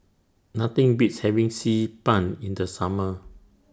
Nothing Beats having Xi Ban in The Summer